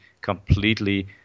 completely